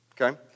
Okay